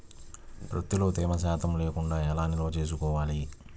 ప్రత్తిలో తేమ శాతం లేకుండా ఎలా నిల్వ ఉంచుకోవాలి?